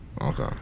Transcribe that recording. Okay